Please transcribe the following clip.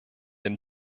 dem